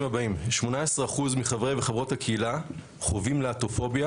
הבאים: 18% מחברי וחברות הקהילה חווים להטופוביה